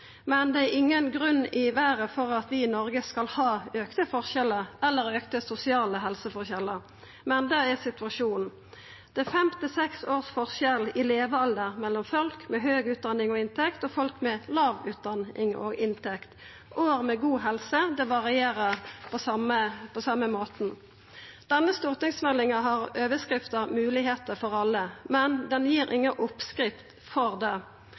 men det er situasjonen. Det er fem til seks års forskjell i levealder mellom folk med høg utdanning og inntekt og folk med låg utdanning og inntekt. År med god helse varierer på den same måten. Denne stortingsmeldinga har overskrifta Muligheter for alle, men ho gir inga oppskrift på det.